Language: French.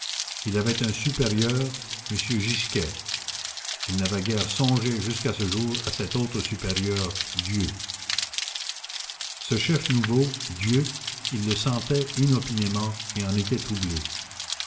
il avait un supérieur m gisquet il n'avait guère songé jusqu'à ce jour à cet autre supérieur dieu ce chef nouveau dieu il le sentait inopinément et en était troublé